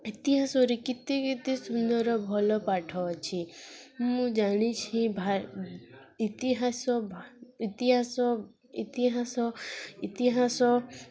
ଇତିହାସରେ କେତେ କେତେ ସୁନ୍ଦର ଭଲ ପାଠ ଅଛି ମୁଁ ଜାଣିଛି ଭା ଇତିହାସ ଇତିହାସ ଇତିହାସ ଇତିହାସ